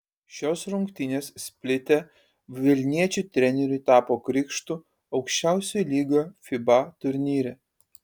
šios rungtynės splite vilniečių treneriui tapo krikštu aukščiausio lygio fiba turnyre